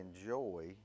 enjoy